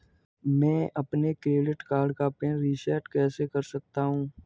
मैं अपने credit card का पिन रिसेट कैसे कर सकता हूँ?